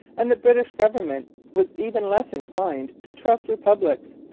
and the british government was even less inclined to trust republics,